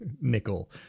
nickel